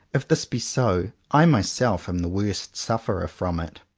if this be so, i myself am the worst sufferer from it.